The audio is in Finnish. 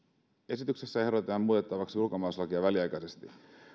esityksessä ehdotetaan muutettavaksi ulkomaalaislakia väliaikaisesti